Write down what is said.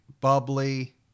bubbly